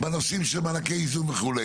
בנושאים של מענקי איזון וכו',